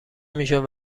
میشد